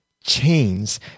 chains